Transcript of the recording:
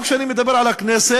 גם כשאני מדבר על הכנסת,